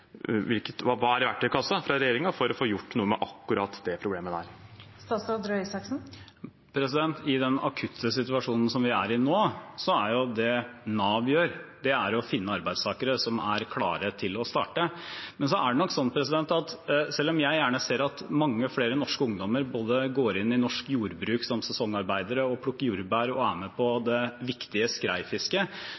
fra regjeringen for å få gjort noe med akkurat det problemet? I den akutte situasjonen som vi er i nå, er det Nav gjør, å finne arbeidstakere som er klare til å starte. Men det er nok sånn at selv om jeg gjerne ser at mange flere norske ungdommer både går inn i norsk jordbruk som sesongarbeidere og plukker jordbær og er med på